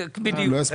בדיוק.